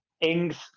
Ings